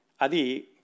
adi